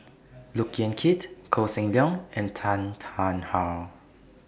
Look Yan Kit Koh Seng Leong and Tan Tarn How